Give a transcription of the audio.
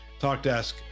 TalkDesk